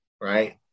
Right